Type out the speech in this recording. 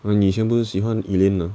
嗯你先不是喜欢 elaine 的